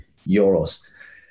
euros